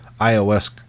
iOS